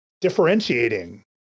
differentiating